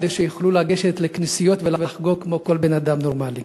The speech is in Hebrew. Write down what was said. כדי שיוכלו לגשת לכנסיות ולחגוג כמו כל בן-אדם נורמלי.